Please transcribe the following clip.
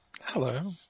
Hello